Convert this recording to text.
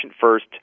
first